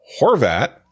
Horvat